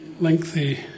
lengthy